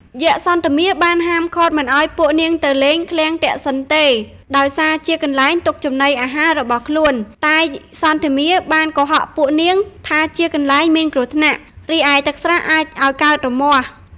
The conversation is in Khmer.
យក្ខសន្ធមារបានហាមឃាត់មិនឲ្យពួកនាងទៅលេងឃ្លាំងទក្សិណទេ ដោយសារជាកន្លែងទុកចំណីអាហាររបស់ខ្លួន តែសន្ធមារបានកុហកពួកនាងថាជាកន្លែងមានគ្រោះថ្នាក់ រីឯទឹកស្រះអាចឲ្យកើតរមាស់។